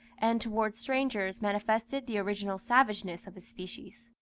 and towards strangers manifested the original savageness of his species.